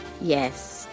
Yes